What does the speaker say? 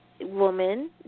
woman